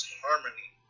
harmony